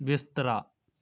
ਬਿਸਤਰਾ